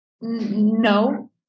No